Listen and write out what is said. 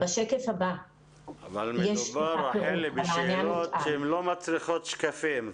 בשקף הבא- - אבל מדובר רחלי בשאלות שהן לא מצריכות שקפים.